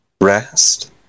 rest